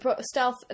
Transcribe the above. Stealth